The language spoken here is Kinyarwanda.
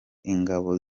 ingabo